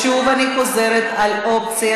שוב אני חוזרת על האופציה,